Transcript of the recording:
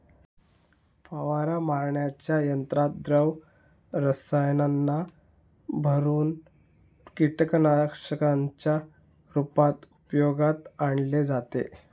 फवारा मारण्याच्या यंत्रात द्रव रसायनांना भरुन कीटकनाशकांच्या रूपात उपयोगात आणले जाते